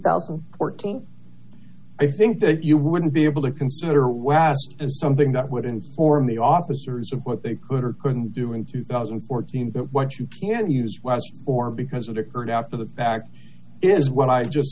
thousand and fourteen i think that you wouldn't be able to consider was something that would inform the officers of what they could or couldn't do in two thousand and fourteen that what you can use was or because of the current after the fact is what i just